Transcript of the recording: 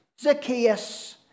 Zacchaeus